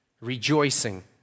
Rejoicing